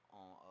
on